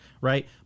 right